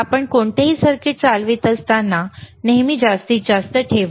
आपण कोणतेही सर्किट चालवित असताना नेहमी जास्तीत जास्त ठेवा